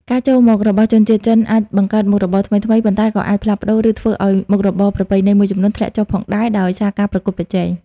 ការចូលមករបស់ជនជាតិចិនអាចបង្កើតមុខរបរថ្មីៗ ប៉ុន្តែក៏អាចផ្លាស់ប្តូរ ឬធ្វើឲ្យមុខរបរប្រពៃណីមួយចំនួនធ្លាក់ចុះផងដែរ ដោយសារការប្រកួតប្រជែង។